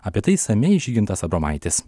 apie tai išsamiai žygintas abromaitis